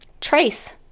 Trace